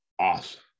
Awesome